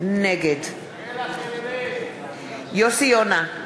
נגד יוסי יונה,